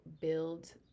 build